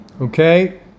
Okay